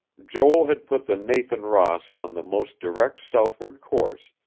joel had put the nathan ross on the most direct southward course,